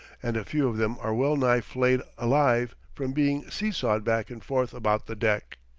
and a few of them are well-nigh flayed alive from being see-sawed back and forth about the deck.